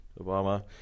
Obama